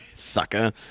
Sucker